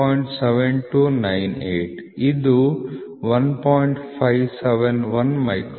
571 ಮೈಕ್ರಾನ್ಗಳು